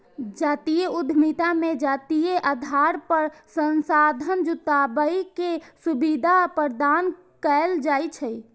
जातीय उद्यमिता मे जातीय आधार पर संसाधन जुटाबै के सुविधा प्रदान कैल जाइ छै